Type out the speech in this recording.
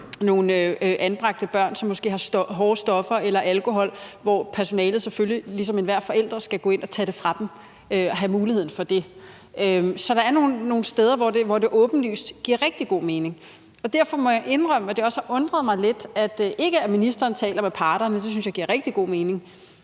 nogle anbragte børn, som måske har hårde stoffer eller alkohol, og hvor personalet selvfølgelig ligesom enhver forældre skal gå ind og tage det fra dem og have muligheden for det. Så der er nogle steder, hvor det åbenlyst giver rigtig god mening. Derfor må jeg indrømme, at det også undrer mig lidt – ikke at ministeren taler med partierne, for det synes jeg giver rigtig god mening